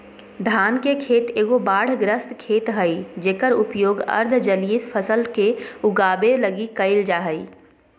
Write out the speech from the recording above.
धान के खेत एगो बाढ़ग्रस्त खेत हइ जेकर उपयोग अर्ध जलीय फसल के उगाबे लगी कईल जा हइ